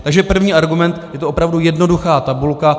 Takže první argument je to opravdu jednoduchá tabulka.